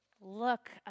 Look